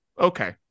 Okay